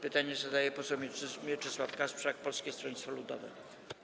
Pytanie zadaje poseł Mieczysław Kasprzak, Polskie Stronnictwo Ludowe.